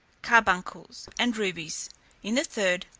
carbuncles, and rubies in the third,